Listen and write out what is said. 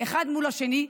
אחד מול השני,